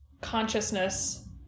consciousness